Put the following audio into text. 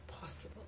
possible